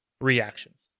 reactions